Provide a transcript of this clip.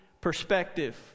perspective